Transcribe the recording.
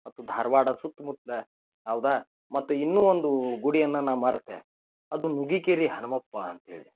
ಮತ್ತು ಧಾರ್ವಾಡ ಸುತ್ಮುತ್ತಲು ಹೌದಾ ಮತ್ತು ಇನ್ನೂ ಒಂದು ಗುಡಿಯನ್ನು ನಾ ಮರ್ತೆ ಅದು ನುಗ್ಗಿಕೇರಿ ಹನುಮಪ್ಪ ಅಂತ್ಹೇಳಿ